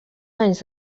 anys